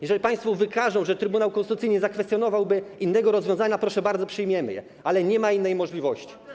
Jeżeli państwo wykażą, że Trybunał Konstytucyjny nie zakwestionowałby innego rozwiązania, proszę bardzo, przyjmiemy je, ale nie ma innej możliwości.